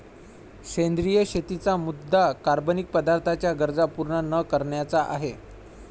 सेंद्रिय शेतीचा मुद्या कार्बनिक पदार्थांच्या गरजा पूर्ण न करण्याचा आहे